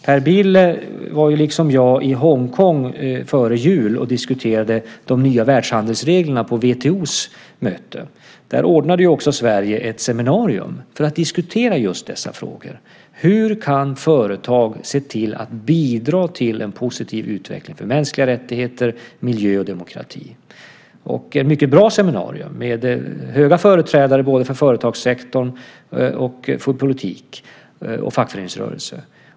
Per Bill var liksom jag i Hongkong före jul och diskuterade de nya världshandelsreglerna på WTO:s möte. Där ordnade också Sverige ett seminarium för att diskutera just dessa frågor. Hur kan företag se till att bidra till en positiv utveckling för mänskliga rättigheter, miljö och demokrati? Det var ett mycket bra seminarium med höga företrädare, både från företagssektorn, politik och fackföreningsrörelse.